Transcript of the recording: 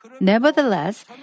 Nevertheless